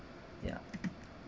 ya